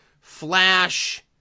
Flash